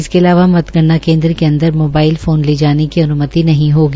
इसके अलावा मतगणना केन्द्र के अंदर मोबाइल फोन ले जाने की अन्मति नहीं होगी